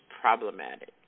problematic